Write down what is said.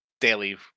daily